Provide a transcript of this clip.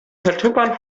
vertippern